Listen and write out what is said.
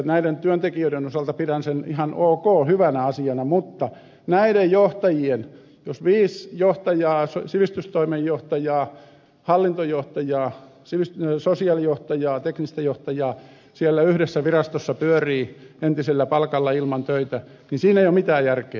näiden työntekijöiden osalta pidän sitä ihan ok hyvänä asiana mutta jos viisi sivistystoimenjohtajaa hallintojohtajaa sosiaalijohtajaa teknistä johtajaa siellä yhdessä virastossa pyörii entisellä palkalla ilman töitä niin siinä ei ole mitään järkeä